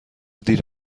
دیر